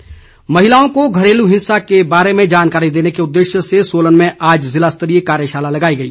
कार्यशाला महिलाओं को घरेलू हिंसा के बारे में जानकारी देने के उद्देश्य से सोलन में आज जिला स्तरीय कार्यशाला लगाई गई